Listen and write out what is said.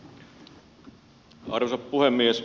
arvoisa puhemies